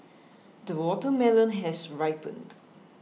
the watermelon has ripened